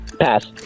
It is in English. Pass